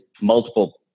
multiple